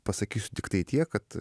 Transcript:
pasakysiu tiktai tiek kad